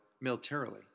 militarily